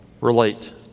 relate